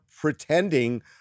pretending